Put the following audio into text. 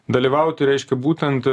dalyvauti reiškia būtent